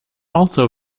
also